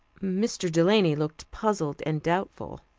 mr. delany looked puzzled and doubtful.